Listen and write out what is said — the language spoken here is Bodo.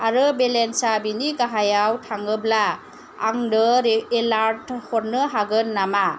आरो बेलेन्सा बेनि गाहायाव थाङोब्ला आंनो एलार्ट हरनो हागोन नामा